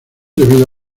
debido